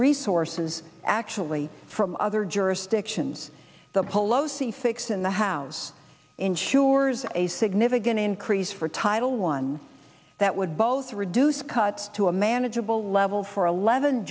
resources actually from other jurisdictions the polo sea fix in the house ensures a significant increase for title one that would both reduce cuts to a manageable level for eleven